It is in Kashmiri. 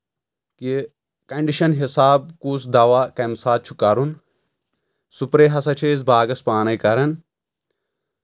کہِ کنڈِشن حِساب کُس دوا کمہِ ساتہٕ چھُ کرُن سُپرے ہسا چھِ أسۍ باغس پانے کران